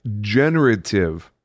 generative